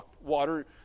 water